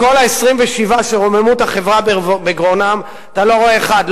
מכל ה-27 שרוממות החברה בגרונם אתה לא רואה אחד,